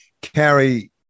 carry